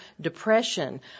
depression